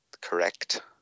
Correct